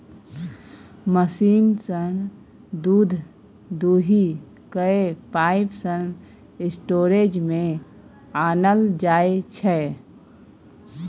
machine सँ दुध दुहि कए पाइप सँ स्टोरेज मे आनल जाइ छै